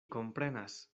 komprenas